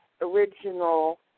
original